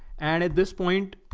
and at this point,